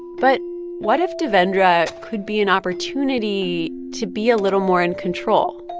but what if devendra could be an opportunity to be a little more in control?